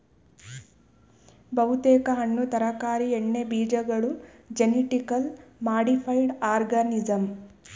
ಬಹುತೇಕ ಹಣ್ಣು ತರಕಾರಿ ಎಣ್ಣೆಬೀಜಗಳು ಜೆನಿಟಿಕಲಿ ಮಾಡಿಫೈಡ್ ಆರ್ಗನಿಸಂ